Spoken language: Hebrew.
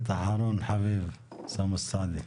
ח"כ אחרון חביב אוסאמה סעדי.